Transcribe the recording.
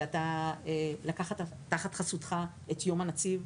על שלקחת תחת חסותך את יום הנציב.